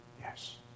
Yes